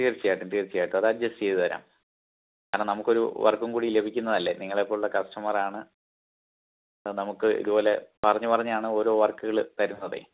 തീർച്ചയായിട്ടും തീർച്ചയായിട്ടും അത് അഡ്ജസ്റ്റ് ചെയ്തുതരാം കാരണം നമുക്കൊരു വർക്കുംകൂടി ലഭിക്കുന്നതല്ലേ നിങ്ങളെപ്പോലുള്ള കസ്റ്റമറാണ് നമുക്ക് ഇതുപോലെ പറഞ്ഞു പറഞ്ഞാണ് ഓരോ വർക്കുകൾ തരുന്നതേ